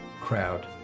Crowd